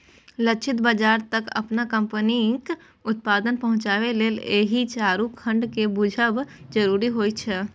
लक्षित बाजार तक अपन कंपनीक उत्पाद पहुंचाबे लेल एहि चारू खंड कें बूझब जरूरी होइ छै